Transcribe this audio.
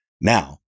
now